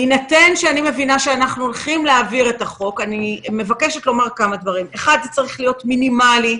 בהינתן שאנחנו הולכים להעביר את החוק הזה הוא צריך להיות מינימאלי.